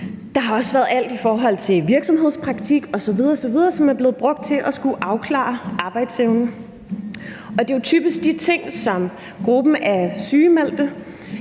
Der har også været alt det i forhold til virksomhedspraktik osv. osv., som er blevet brugt til at skulle afklare arbejdsevnen. Det er jo typisk de ting, som gruppen af sygemeldte